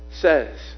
says